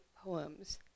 poems